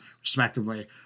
respectively